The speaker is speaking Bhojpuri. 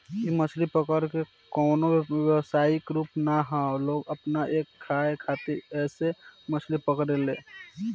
इ मछली पकड़े के कवनो व्यवसायिक रूप ना ह लोग अपना के खाए खातिर ऐइसे मछली पकड़े ले